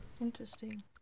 Interesting